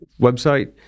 website